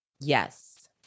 Yes